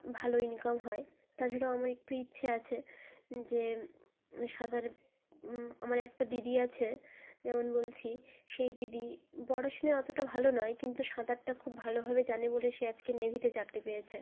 ভালো ইনকাম হয় তাছাড়াও আমার একটু ইচ্ছে আছে যে সাঁতার আমার একটা দিদি আছে যেমন বলছি সেই দিদি পড়াশুনায় অতটা ভালো নয় কিন্তু সাঁতারটা খুব ভালোভাবে জানে বলে সে আজকে নেভিতে চাকরি পেয়েছে